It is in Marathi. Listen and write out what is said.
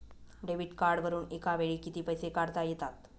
डेबिट कार्डवरुन एका वेळी किती पैसे काढता येतात?